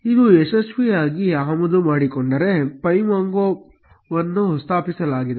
ಇದು ಯಶಸ್ವಿಯಾಗಿ ಆಮದು ಮಾಡಿಕೊಂಡರೆ pymongoವನ್ನು ಸ್ಥಾಪಿಸಲಾಗಿದೆ